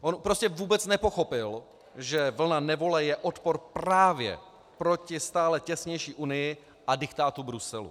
On prostě vůbec nepochopil, že vlna nevole je odpor právě proti stále těsnější Unii a diktátu Bruselu.